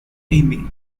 amy